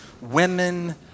women